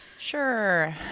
sure